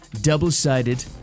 double-sided